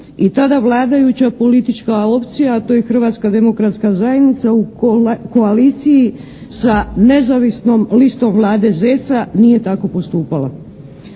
i tada vladajuća politička opcija, a to je Hrvatska demokratska zajednica u koaliciji sa Nezavisnom listom Vlade Zeca nije tako postupala.